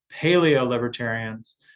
paleo-libertarians